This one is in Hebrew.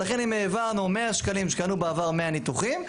ולכן אם העברנו 100 שקלים שקנו בעבר 100 ניתוחים,